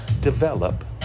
develop